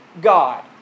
God